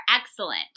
excellent